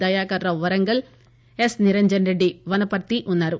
Dayakar Rao Warangal S Niranjan Reddy Wanaparthy ఉన్నారు